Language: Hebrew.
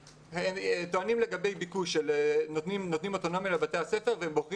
טוענים שנותנים אוטונומיה לבתי הספר ובוחרים